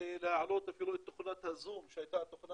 כדי להעלות אפילו את תוכנת הזום שהייתה התוכנה